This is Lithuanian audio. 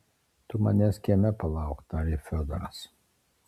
tu manęs kieme palauk tarė fiodoras